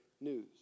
news